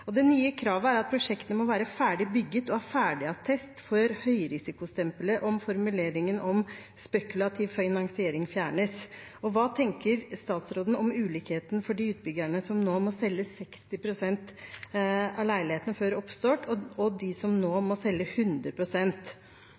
Det nye kravet er at prosjektet må være ferdig bygget og ha ferdigattest før høyrisikostempelet med formuleringen om spekulativ finansiering fjernes. Hva tenker statsråden om ulikheten for de utbyggerne som må selge 60 pst. av leilighetene før oppstart, og de som nå må selge